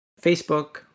Facebook